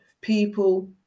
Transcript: people